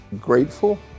grateful